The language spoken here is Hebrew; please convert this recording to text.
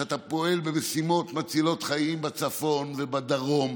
שאתה פועל במשימות מצילות חיים בצפון ובדרום.